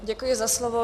Děkuji za slovo.